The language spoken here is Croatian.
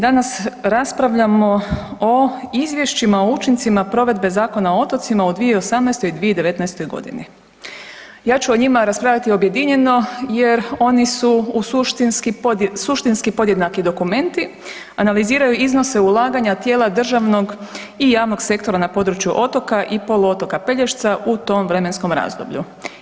Danas raspravljamo o izvješćima o učincima provedbe Zakona o otocima u 2018. i 2019.g. Ja ću o njima raspravljati objedinjeno jer oni su u suštinski, suštinski podjednaki dokumenti, analiziraju iznose ulaganja tijela državnog i javnog sektora na području otoka i poluotoka Pelješca u tom vremenskom razdoblju.